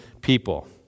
people